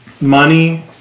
money